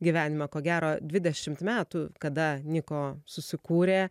gyvenimą ko gero dvidešimt metų kada niko susikūrė